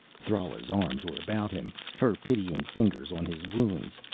thrala's arms were about him, her pitying fingers on his wounds.